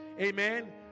Amen